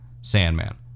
Sandman